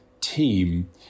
team